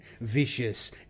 vicious